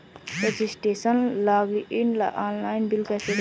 Registration login online bill कैसे देखें?